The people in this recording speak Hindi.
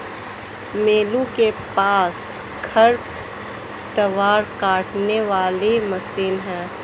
मोलू के पास खरपतवार काटने वाली मशीन है